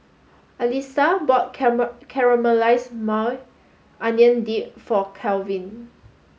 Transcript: Alisa bought Caramelized Maui Onion Dip for Kalvin